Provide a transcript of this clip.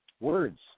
Words